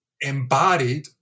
embodied